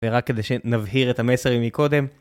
ורק כדי שנבהיר את המסר ממקודם